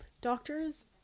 doctors